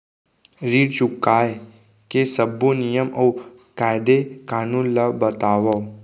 ऋण चुकाए के सब्बो नियम अऊ कायदे कानून ला बतावव